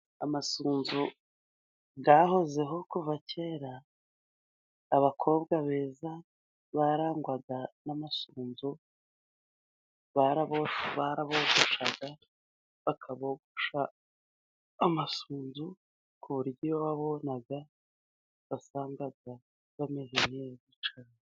Amasunzu yahozeho kuva kera, abakobwa beza barangwaga n'amasunzu barabogoshaga, bakabogosha amasunzu ku buryo iyo wababonaga wangaga bameze neza.